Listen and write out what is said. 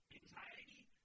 anxiety